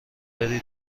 بری